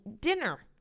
dinner